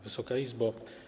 Wysoka Izbo!